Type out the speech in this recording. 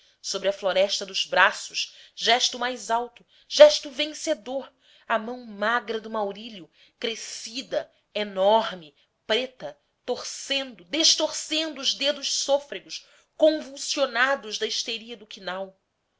sobre a floresta dos braços gesto mais alto gesto vencedor a mão magra do maurílio crescida enorme preta torcendo destorcendo os dedos sôfregos convulsionados da histeria do quinau